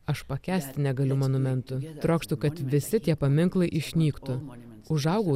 aš pakęsti negaliu monumentų trokštu kad visi tie paminklai išnyktų užaugau